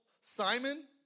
Simon